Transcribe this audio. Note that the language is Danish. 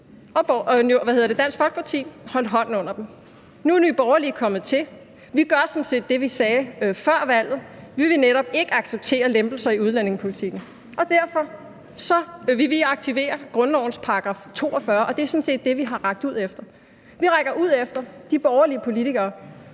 og Dansk Folkeparti holdt hånden under den. Nu er Nye Borgerlige kommet til, og vi gør sådan set det, vi sagde før valget, for vi vil netop ikke acceptere lempelser i udlændingepolitikken, og derfor vil vi aktivere grundlovens § 42, og det er sådan set det, vi har rakt ud efter. Vi rækker ud efter de borgerlige politikere,